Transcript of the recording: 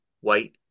White